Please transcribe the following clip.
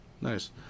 Nice